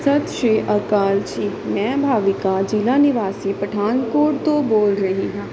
ਸਤਿ ਸ਼੍ਰੀ ਅਕਾਲ ਜੀ ਮੈਂ ਭਾਵੀਕਾ ਜ਼ਿਲ੍ਹਾ ਨਿਵਾਸੀ ਪਠਾਨਕੋਟ ਤੋਂ ਬੋਲ ਰਹੀ ਹਾਂ